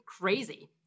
crazy